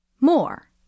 More